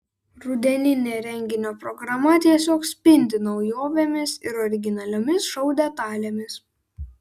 rudeninė renginio programa tiesiog spindi naujovėmis ir originaliomis šou detalėmis